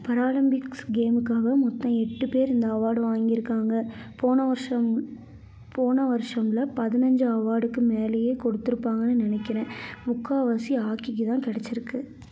Paralympics கேமுக்காக மொத்தம் எட்டு பேர் இந்த அவார்டு வாங்கியிருக்காங்க போன வருஷம் போன வருஷம்ல பதினஞ்சு அவார்டுக்கு மேலேயே கொடுத்துருப்பாங்கன்னு நினைக்கிறேன் முக்கால்வாசி ஹாக்கிக்கு தான் கிடைச்சிருக்கு